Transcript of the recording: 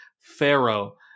Pharaoh